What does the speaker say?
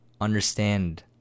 understand